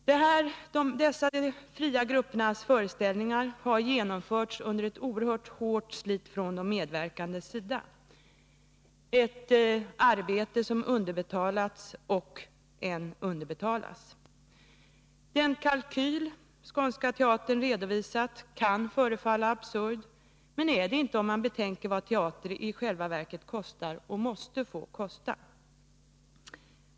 De fria gruppernas föreställningar har genomförts under ett oerhört hårt slit från de medverkandes sida — ett arbete som har underbetalats och som ännu underbetalas. Den kalkyl som Skånska Teatern redovisat kan förefalla absurd. Det är den emellertid inte, om man betänker vad teater i själva verket kostar och måste få kosta.